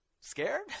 scared